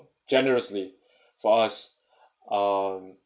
generously for us um